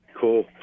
Cool